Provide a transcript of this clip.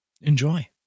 Enjoy